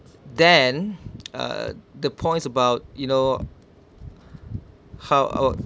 then uh the point about you know how odd